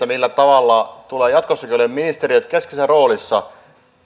millä tavalla tulevat jatkossakin olemaan ministeriöt keskeisessä roolissa